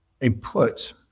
input